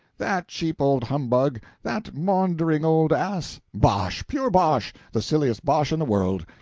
that cheap old humbug, that maundering old ass? bosh, pure bosh, the silliest bosh in the world!